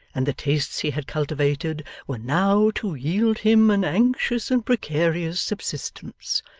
and the tastes he had cultivated were now to yield him an anxious and precarious subsistence.